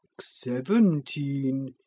seventeen